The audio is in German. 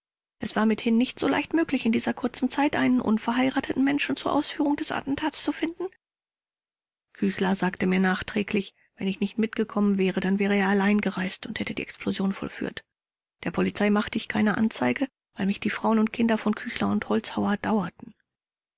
es war mithin nicht so leicht möglich in dieser kurzen zeit einen unverheirateten menschen zur ausführung des attentats zu finden rupsch küchler sagte mir nachträglich wenn ich nicht mitgekommen wäre dann wäre er allein gereist und hätte die explosion vollführt der polizei machte ich keine anzeige weil mich die frauen und kinder von küchler und holzhauer dauerten